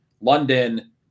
London